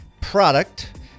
product